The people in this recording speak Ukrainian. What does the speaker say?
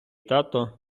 тато